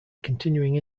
continuing